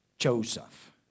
Joseph